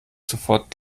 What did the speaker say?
sofort